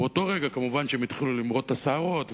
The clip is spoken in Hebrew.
באותו רגע הם כמובן התחילו למרוט את השערות,